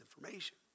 information